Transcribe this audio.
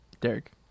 Derek